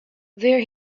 where